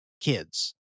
kids